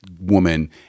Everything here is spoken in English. woman